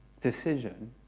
decision